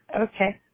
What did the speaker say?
okay